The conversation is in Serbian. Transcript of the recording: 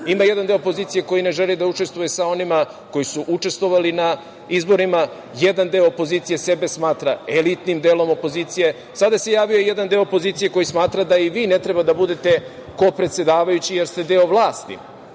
Ima jedan deo opozicije koji ne želi da učestvuje sa onima koji su učestvovali na izborima. Jedan deo opozicije sebe smatra elitnim delom opozicije. Sada se javio i jedan deo opozicije koji smatra da i vi ne treba da budete kopredsedavajući, jer ste deo vlasti,